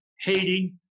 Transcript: Haiti